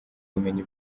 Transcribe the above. ubumenyi